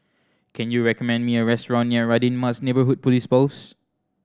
can you recommend me a restaurant near Radin Mas Neighbourhood Police Post